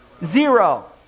Zero